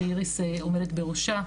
שאיריס עומדת בראשה,